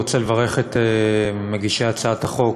אני רוצה לברך את מגישי הצעת החוק,